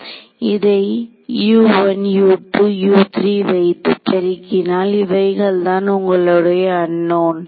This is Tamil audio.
இதை U1U2U3 வைத்து பெருக்கினால் இவைகள்தான் உங்களுடைய அன்னோன்